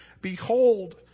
behold